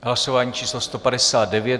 Hlasování číslo 159.